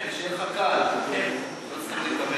שיהיה לך קל, לא תצטרך להתאמץ.